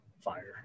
fire